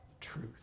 truth